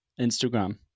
Instagram